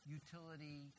utility